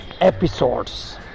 episodes